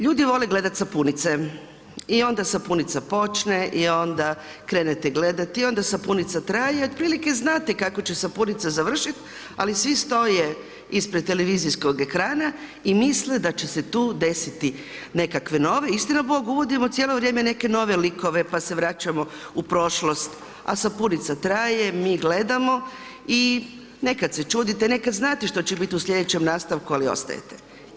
Ljudi vole gledati sapunice i onda sapunica počne i onda krenete gledati i onda sapunica traje i otprilike znate kako će sapunica završiti ali svi stoje ispred televizijskog ekrana i misle da će se tu desiti nekakve nove, istina Bog uvodimo neke nove likove, pa se vraćamo u prošlost a sapunica traje, mi gledamo i nekada se čudite, nekada znate što će biti u sljedećem nastavku ali ostajete.